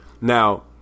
Now –